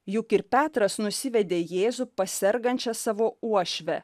juk ir petras nusivedė jėzų pas sergančią savo uošvę